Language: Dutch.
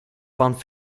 van